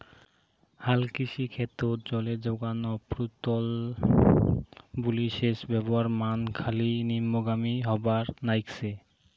হালকৃষি ক্ষেত্রত জলের জোগান অপ্রতুল বুলি সেচ ব্যবস্থার মান খালি নিম্নগামী হবার নাইগছে